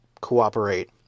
cooperate